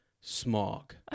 smog